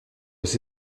aux